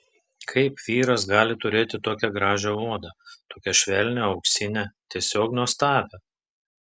kaip vyras gali turėti tokią gražią odą tokią švelnią auksinę tiesiog nuostabią